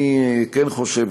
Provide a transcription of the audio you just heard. אני כן חושב,